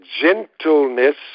gentleness